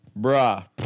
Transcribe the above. Bruh